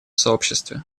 сообществе